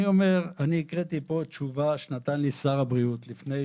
אני הקראתי פה תשובה של שר הבריאות לפני